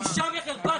בושה וחרפה.